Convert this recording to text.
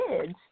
kids